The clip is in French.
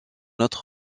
autre